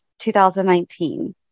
2019